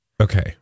Okay